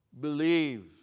believe